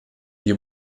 die